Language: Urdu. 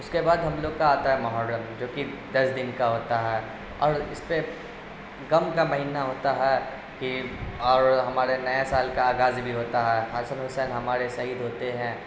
اس کے بعد ہم لوگ کا آتا ہے محرم جو کہ دس دن کا ہوتا ہے اور اس پہ غم کا مہینہ ہوتا ہے کہ اور ہمارے نئے سال کا آغاز بھی ہوتا ہے حسن حسین ہمارے شہید ہوتے ہیں